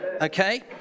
okay